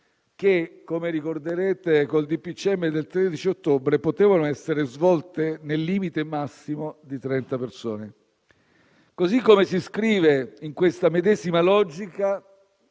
del Consiglio dei ministri del 13 ottobre potevano essere svolte nel limite massimo di 30 persone. Così come si iscrive in questa medesima logica